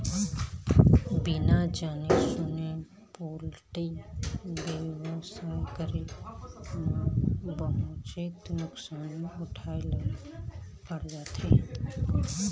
बिना जाने सूने पोल्टी बेवसाय करे म बहुतेच नुकसानी उठाए ल पर जाथे